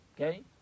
okay